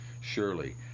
Surely